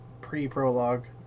pre-prologue